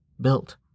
built